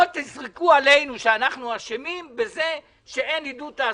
לא תזרקו עלינו שאנחנו אשמים בזה שאין עידוד תעסוקה.